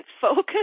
focus